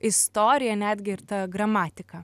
istorija netgi ir ta gramatika